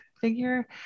figure